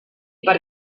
per